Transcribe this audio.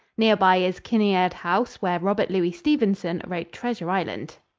near by is kinniard house, where robert louis stevenson wrote treasure island.